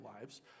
lives